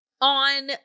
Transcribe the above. on